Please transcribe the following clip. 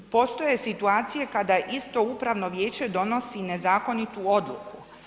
Postoje situacije kada isto upravno vijeće donosi nezakonitu odluku.